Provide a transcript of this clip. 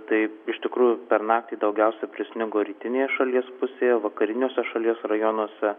taip iš tikrųjų per naktį daugiausia prisnigo rytinėje šalies pusėje vakariniuose šalies rajonuose